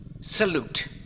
Salute